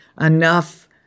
enough